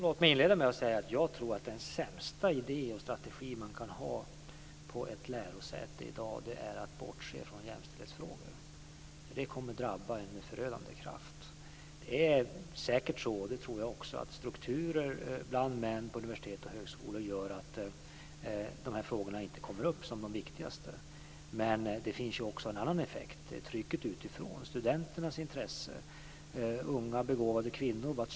Fru talman! Jag tror att den sämsta idé och strategi som man kan ha kring ett lärosäte i dag är detta med att bortse från jämställdhetsfrågor, för det drabbar med förödande kraft. Det är säkert så - det tror alltså även jag - att strukturer bland män på universitet och högskolor gör att de här frågorna inte kommer upp som de viktigaste men det finns också en annan effekt, nämligen trycket utifrån och studenternas intresse. Vart söker sig unga och begåvade kvinnor?